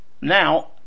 now